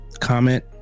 comment